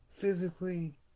physically